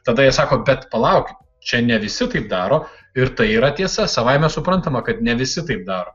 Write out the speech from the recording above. tada jie sako bet palauk čia ne visi taip daro ir tai yra tiesa savaime suprantama kad ne visi taip daro